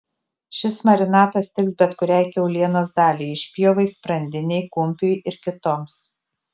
šis marinatas tiks bet kuriai kiaulienos daliai išpjovai sprandinei kumpiui ir kitoms